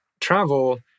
travel